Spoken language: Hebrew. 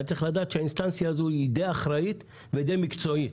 אני צריך לדעת שהאינסטנציה הזו היא די אחראית ודי מקצועית.